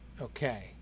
okay